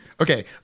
Okay